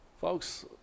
Folks